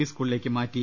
P സ്കൂളി ലേക്ക് മാറ്റി